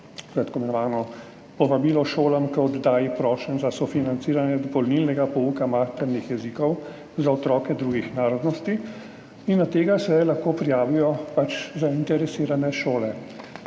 tako imenovano povabilo šolam k oddaji prošenj za sofinanciranje dopolnilnega pouka maternih jezikov za otroke drugih narodnosti. Na tega se lahko prijavijo zainteresirane šole.